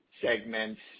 segments